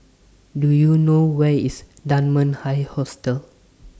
Do YOU know Where IS Dunman High Hostel